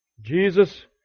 Jesus